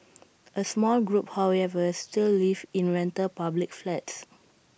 A small group however still live in rental public flats